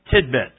tidbits